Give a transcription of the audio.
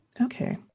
Okay